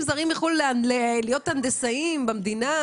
זרים מחוץ לארץ להיות הנדסאים במדינה,